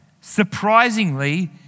surprisingly